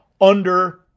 under-